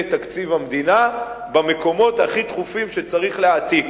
תקציב המדינה במקומות שהכי דחוף להעתיק.